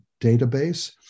database